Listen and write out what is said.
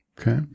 okay